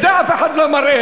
את זה אף אחד לא מראה.